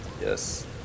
Yes